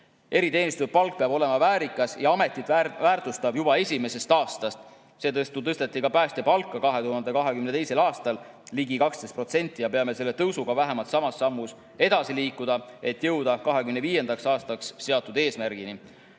Eriteenistuse palk peab olema väärikas ja ametit väärtustav juba esimesest aastast. Seetõttu tõsteti ka päästja palka 2022. aastal ligi 12% ja me peame selle tõusuga vähemalt samas sammus edasi liikuma, et jõuda 2025. aastaks seatud eesmärgini.